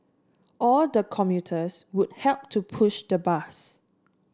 all the commuters would help to push the bus